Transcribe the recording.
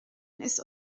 ist